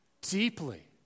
deeply